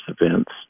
events